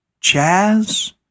Chaz